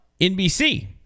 NBC